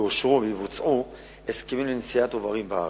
יאושרו ויבוצעו הסכמים לנשיאת עוברים בארץ.